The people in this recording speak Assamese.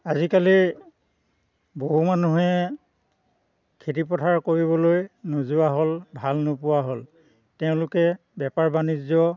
আজিকালি বহু মানুহে খেতি পথাৰ কৰিবলৈ নোযোৱা হ'ল ভাল নোপোৱা হ'ল তেওঁলোকে বেপাৰ বাণিজ্য